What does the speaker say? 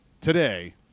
today